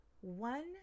one